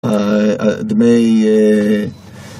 אה... אה... דמי... אה...